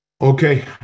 Okay